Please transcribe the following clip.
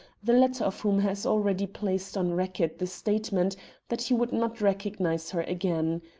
the latter of whom has already placed on record the statement that he would not recognize her again.